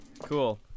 Cool